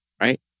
right